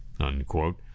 Unquote